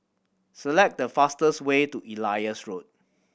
select the fastest way to Elias Road